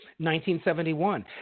1971